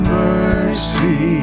mercy